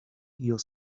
your